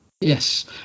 Yes